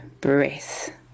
breath